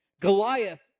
Goliath